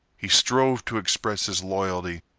he strove to express his loyalty,